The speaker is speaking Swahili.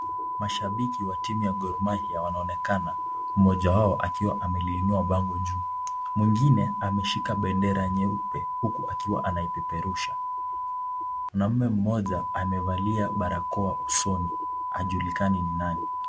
Mashabiki wa timu ya gormahia wanaonekana. Mmoja wao akiwa ameliinua bango juu. Mwingine ameshika bendera nyeupe huku akiwa anaipeperusha. Mwanaume mmoja amevalia barakoa usoni ajulikani ni nani.